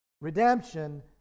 Redemption